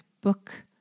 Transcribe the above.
Book